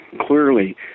clearly